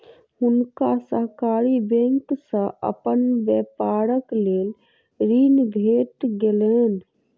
हुनका सहकारी बैंक से अपन व्यापारक लेल ऋण भेट गेलैन